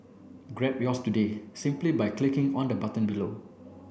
grab yours today simply by clicking on the button below